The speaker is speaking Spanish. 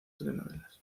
telenovelas